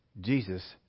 Jesus